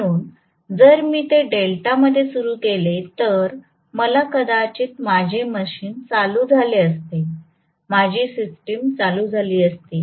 म्हणून जर मी ते डेल्टामध्ये सुरु केले असेल तर कदाचित माझे मशीन चालू झाले असते माझी सिस्टम चालू झाली असती